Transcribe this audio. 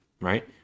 right